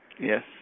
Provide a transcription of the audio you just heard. Yes